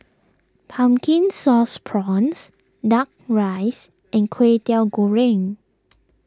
Pumpkin Sauce Prawns Duck Rice and Kway Teow Goreng